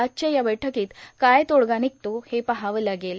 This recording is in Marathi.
आजच्या या बैठ्कीत काय तोडगा निघतो हे पाहावं लागेल